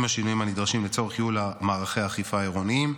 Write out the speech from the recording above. השינויים הנדרשים לצורך ייעול מערכי האכיפה העירוניים,